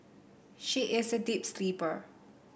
she is a deep sleeper